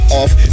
off